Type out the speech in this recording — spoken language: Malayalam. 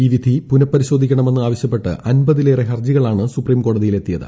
ഈ വിധി പുനപരിശോധിക്കണമെന്ന് ആവശ്യപ്പെട്ട് അമ്പതിലേറെ ഹർജികളാണ് സുപ്രീംകോടതിയിൽ എത്തിയത്